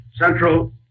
Central